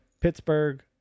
Pittsburgh